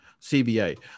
CBA